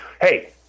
hey